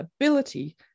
ability